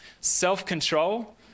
self-control